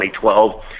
2012